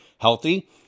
healthy